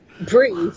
Breathe